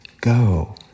Go